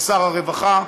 לשר הרווחה,